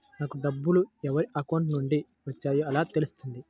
నాకు డబ్బులు ఎవరి అకౌంట్ నుండి వచ్చాయో ఎలా తెలుస్తుంది?